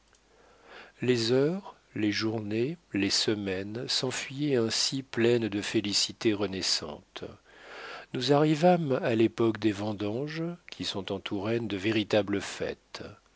les heures les journées les semaines s'enfuyaient ainsi pleines de félicités renaissantes nous arrivâmes à l'époque des vendanges qui sont en touraine de véritables fêtes